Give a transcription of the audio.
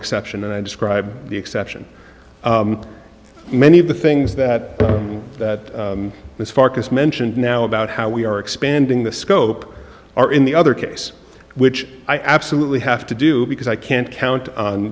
exception and i described the exception many of the things that this farkas mentioned now about how we are expanding the scope are in the other case which i absolutely have to do because i can't count